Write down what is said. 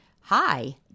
Hi